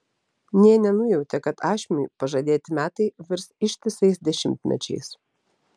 nė nenujautė kad ašmiui pažadėti metai virs ištisais dešimtmečiais